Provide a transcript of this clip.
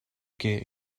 get